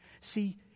See